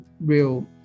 real